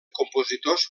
compositors